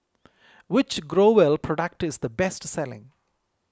which Growell product is the best selling